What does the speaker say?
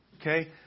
Okay